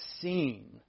seen